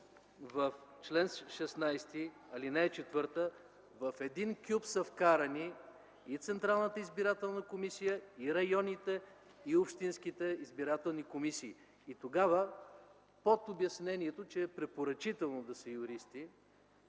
в чл. 16, ал. 4 в един кюп са вкарани и Централната избирателна комисия, и районните, и общинските избирателни комисии. И тогава под обяснението, че е препоръчително да са юристи,